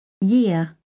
Year